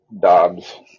Dobbs